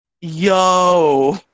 Yo